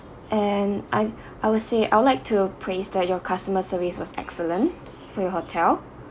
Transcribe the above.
and I I would say I would like to praise that your customer service was excellent for your hotel